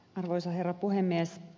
arvoisa herra puhemies